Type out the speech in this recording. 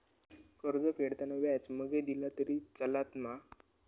कर्ज फेडताना व्याज मगेन दिला तरी चलात मा?